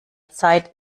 zeit